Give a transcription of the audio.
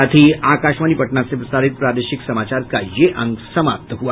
इसके साथ ही आकाशवाणी पटना से प्रसारित प्रादेशिक समाचार का ये अंक समाप्त हुआ